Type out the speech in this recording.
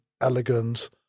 elegant